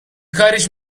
کاریش